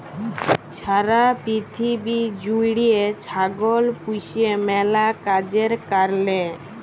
ছারা পিথিবী জ্যুইড়ে ছাগল পুষে ম্যালা কাজের কারলে